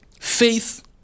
Faith